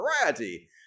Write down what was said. Variety